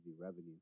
revenue